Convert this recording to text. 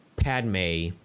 Padme